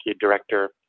director